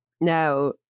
now